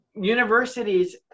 universities